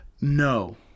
No